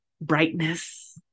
brightness